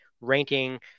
ranking